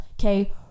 okay